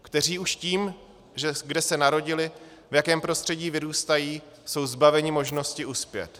Kteří už tím, kde se narodili, v jakém prostředí vyrůstají, jsou zbaveni možnosti uspět.